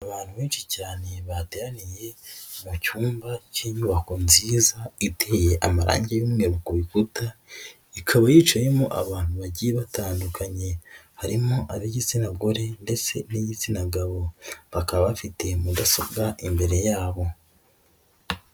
Abantu benshi cyane bateraniye mu cyumba K'inyubako nziza iteye amarangi y'umweru ku rukuta, ikaba yicayemo abantu bagiye batandukanye harimo ab'igitsina gore ndetse n'igitsina gabo, bakaba bafite mudasobwa imbere yabo.